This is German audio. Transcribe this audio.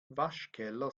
waschkeller